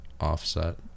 offset